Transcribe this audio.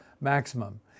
maximum